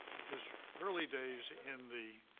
his early days in the